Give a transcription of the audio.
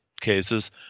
cases